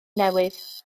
newydd